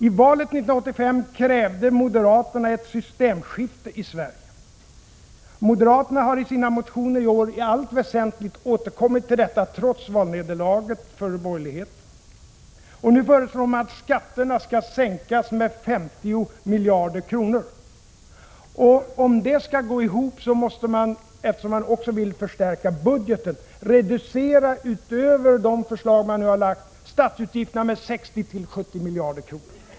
I valet 1985 krävde moderaterna ett systemskifte i Sverige. Moderaterna har i sina motioner i år i allt väsentligt återkommit till detta, trots valnederlaget för borgerligheten, och nu föreslår de att skatterna skall sänkas med sammanlagt 50 miljarder kronor. Om det här skall gå ihop måste man, eftersom man också vill förstärka budgeten, reducera statsutgifterna utöver de förslag man nu har lagt fram med 60-70 miljarder kronor.